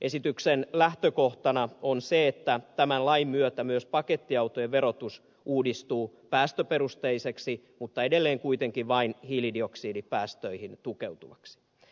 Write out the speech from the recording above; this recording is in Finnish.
esityksen lähtökohtana on se että tämän lain myötä myös pakettiautojen verotus uudistuu päästöperusteiseksi mutta edelleen kuitenkin vain hiilidioksidipäästöihin tukeutuvaksi